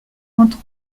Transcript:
entre